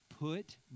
Put